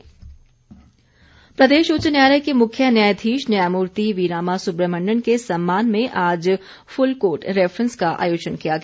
high court प्रदेश उच्च न्यायालय के मुख्य न्यायाधीश न्यायमूर्ति वी रामा सुब्रमण्यन के सम्मान में आज फुलकोर्ट रैफ्रेंस का आयोजन किया गया